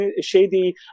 shady